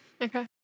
Okay